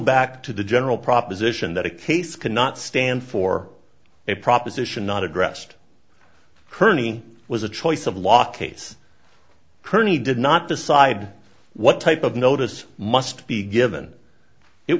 back to the general proposition that a case cannot stand for a proposition not addressed kearney was a choice of law case kearney did not decide what type of notice must be given it